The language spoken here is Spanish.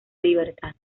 libertad